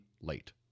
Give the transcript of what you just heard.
late